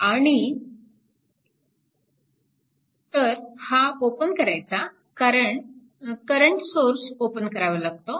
तर हा ओपन करायचा कारण करंट सोर्स ओपन करावा लागतो